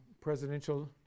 presidential